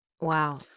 Wow